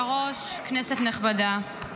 נעבור לנושא הבא על